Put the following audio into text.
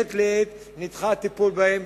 מעת לעת נדחה הטיפול בהם.